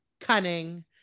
cunning